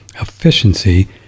efficiency